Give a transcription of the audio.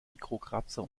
mikrokratzer